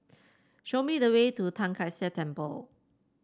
show me the way to Tai Kak Seah Temple